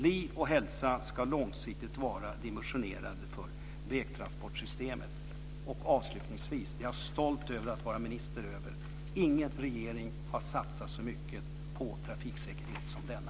Liv och hälsa ska långsiktigt vara dimensionerande för vägtransportsystemet. Avslutningsvis vill jag säga att jag är stolt över att vara minister över det här. Ingen regering har satsat så mycket på trafiksäkerhet som denna.